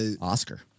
Oscar